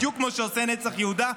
בדיוק כמו שעושה נצח יהודה.